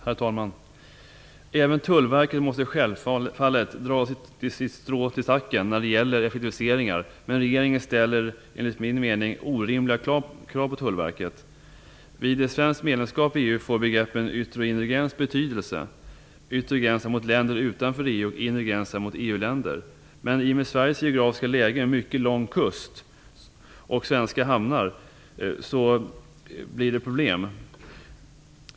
Herr talman! Även Tullverket måste självfallet dra sitt strå till stacken när det gäller effektiviseringar. Men regeringen ställer enligt min mening orimliga krav på Tullverket. Vid ett svenskt medlemskap i EU får begreppen yttre och inre gräns betydelse - yttre gränsen mot länder utanför EU och, inre gränsen mot EU-länder. Men i och med Sveriges geografiska läge, med mycket lång kust och svenska hamnar, blir det problem.